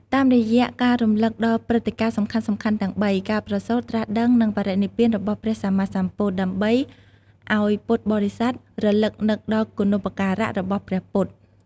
តាមរយៈការរំលឹកដល់ព្រឹត្តិការណ៍សំខាន់ៗទាំងបី ការប្រសូត ត្រាស់ដឹង និង បរិនិព្វាន របស់ព្រះសម្មាសម្ពុទ្ធ ដើម្បីអោយពុទ្ធបរិស័ទរឭកនឹកដល់គុណូបការៈរបស់ព្រះពុទ្ធ។